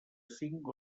cinc